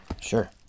Sure